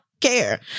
care